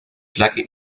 flagge